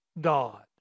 God